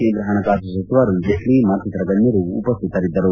ಕೇಂದ್ರ ಹಣಕಾಸು ಸಚಿವ ಅರುಣ್ ಜೇಟ್ಲಿ ಮತ್ತಿತರ ಗಣ್ಣರು ಉಪಸ್ಥಿತರಿದ್ದರು